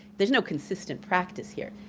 there's no consistent practice here.